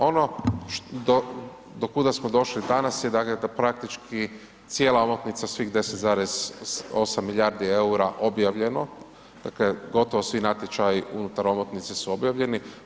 Ono do kuda smo došli danas, dakle da praktički cijela omotnica svih 10,8 milijardi eura objavljeno, dakle svi natječaji unutar omotnice su objavljeni.